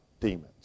demons